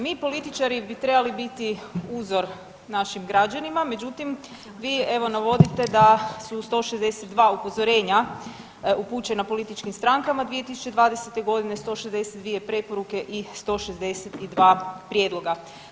Mi političari bi trebali biti uzor našim građanima, međutim vi evo navodite da su 162 upozorenja upućena političkim strankama 2020.g. 162 preporuke i 162 prijedloga.